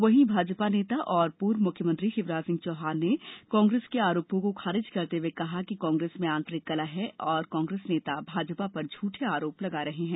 वहीं भाजपा नेता और पूर्व मुख्यमंत्री शिवराज सिंह चौहान ने कांग्रेस के आरोपो को खारिज करते हुए कहा कि कांग्रेस में आतरिक कलह है और कांग्रेस नेता भाजपा पर झुठे आरोप लगा रहे हैं